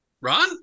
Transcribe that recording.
Ron